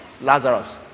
Lazarus